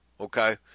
okay